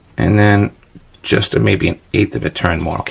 and then just a, maybe an eighth of a turn more.